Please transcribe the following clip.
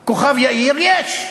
כוכב-יאיר, יש,